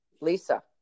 Lisa